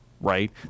right